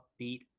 upbeat